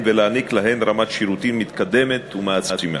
ולהעניק להן רמת שירותים מתקדמת ומעצימה,